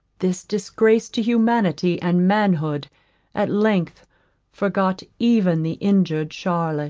this disgrace to humanity and manhood at length forgot even the injured charlotte